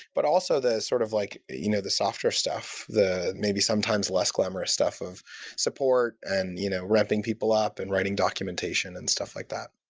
but also, the sort of like you know the software stuff, the maybe sometimes less glamorous stuff of support and you know repping people up and writing documentation and stuff like that.